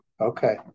Okay